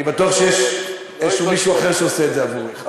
אני בטוח שיש מישהו אחר שעושה את זה עבורך.